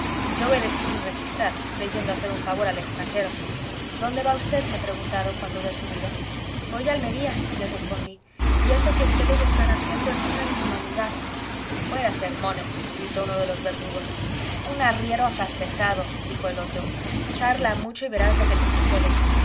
yo obedecí sin rechistar creyendo hacer un favor al extranjero dónde va v me preguntaron cuando hube subido voy a almería les respondí y eso que ustedes están haciendo es una inhumanidad fuera sermones gritó uno de los verdugos un arriero afrancesado dijo el otro charla mucho y verás lo que te sucede